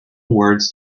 words